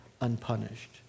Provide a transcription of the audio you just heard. unpunished